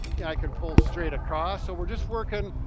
and i can pull straight across. so we're just working,